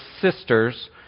sisters